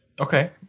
Okay